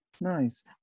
Nice